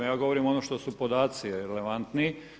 Ja govorim ono što su podaci relevantni.